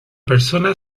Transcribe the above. persona